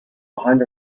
behind